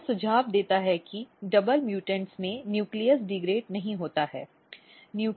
यह सुझाव देता है कि डबल म्यूटेंट में नाभिक डीग्रेड नहीं होता है